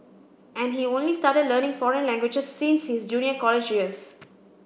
and he only started learning foreign languages since his junior college years